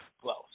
close